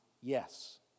Yes